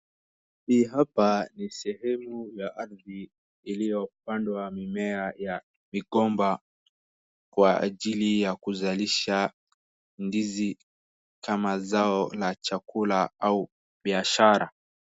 Hii hapa ni sehemu ya ardhi iliyopandwa mimea ya migomba kwa ajili ya kuzalisha ndizi kama zao la chakula au biashara.